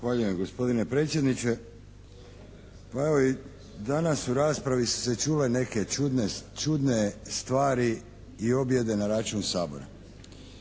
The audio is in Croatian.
Zahvaljujem gospodine predsjedniče. Pa evo i danas u raspravi su se čule neke čudne stvari i objede na račun Sabora.